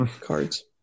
cards